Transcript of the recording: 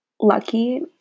lucky